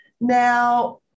Now